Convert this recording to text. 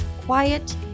quiet